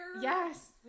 Yes